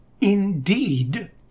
indeed